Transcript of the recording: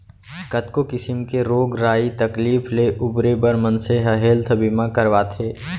कतको किसिम के रोग राई तकलीफ ले उबरे बर मनसे ह हेल्थ बीमा करवाथे